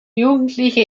jugendliche